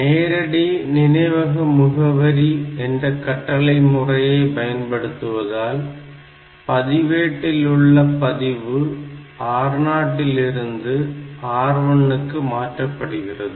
நேரடி நினைவக முகவரி என்ற கட்டளை முறையை இயக்குவதால் பதிவேட்டில் உள்ள பதிவு R0 லிருந்து R1 க்கு மாற்றப்படுகிறது